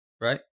right